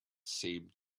seemed